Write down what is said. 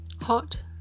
hot